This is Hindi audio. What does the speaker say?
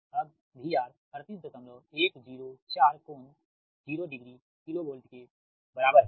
अब VR 38104 कोण ज़ीरो डिग्री KVके बराबर है